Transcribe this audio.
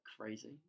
crazy